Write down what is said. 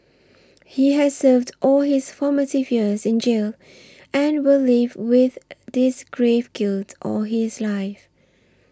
he has served all his formative years in jail and will live with this grave guilt all his life